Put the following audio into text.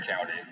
County